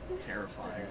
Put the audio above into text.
Terrifying